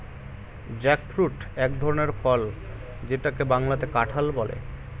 jackfruit এক ধরনের ফল যেটাকে বাংলাতে কাঁঠাল বলে